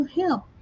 help